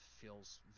feels